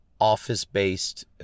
office-based